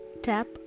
Tap